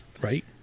Right